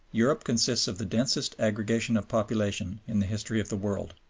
europe consists of the densest aggregation of population in the history of the world.